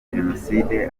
jenoside